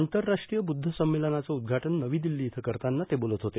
आंतरराष्ट्रीय बुद्ध संमेलनाचं उदघाटन नवी दिल्ली इथं करताना ते बोलत होते